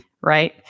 Right